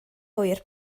ŵyr